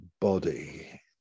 body